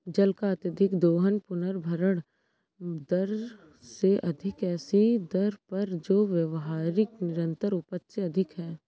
जल का अत्यधिक दोहन पुनर्भरण दर से अधिक ऐसी दर पर जो व्यावहारिक निरंतर उपज से अधिक है